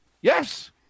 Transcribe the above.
Yes